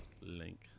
Link